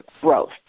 growth